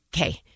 okay